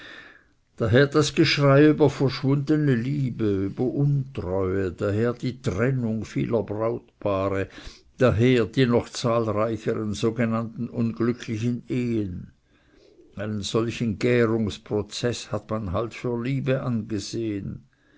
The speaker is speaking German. daher das geschrei über verschwundene liebe über untreue daher die trennung vieler brautpaare daher die noch zahlreicheren sogenannten unglücklichen ehen einen solchen gärungsprozeß hat man halt für liebe angesehen